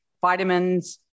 vitamins